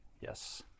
Yes